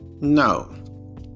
No